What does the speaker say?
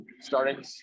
starting